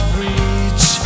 reach